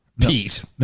Pete